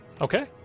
okay